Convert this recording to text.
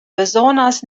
bezonas